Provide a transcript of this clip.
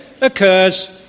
occurs